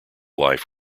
life